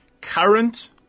Current